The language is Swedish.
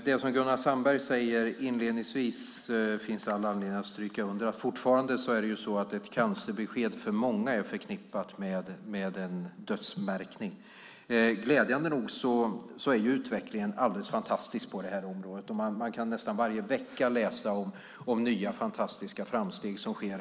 Fru talman! Det finns all anledning att stryka under det Gunnar Sandberg sade inledningsvis. Fortfarande är ett cancerbesked för många förknippat med en dödsmärkning. Glädjande nog är utvecklingen fantastisk på området. Man kan nästan varje vecka läsa om nya fantastiska framsteg som sker.